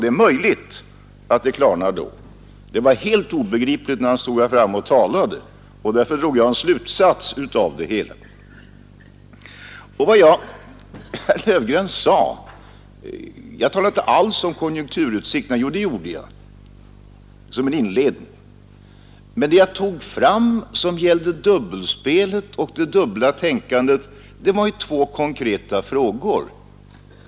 Det är möjligt att det klarnar då; det var helt obegripligt när han stod här framme och talade. Därför drog jag en slutsats av det hela. Jag talade inte alls, herr Löfgren, om konjunkturutsikterna annat än som en inledning. Det jag tog fram i fråga om dubbelspelet och det dubbla tänkandet var två konkreta frågor.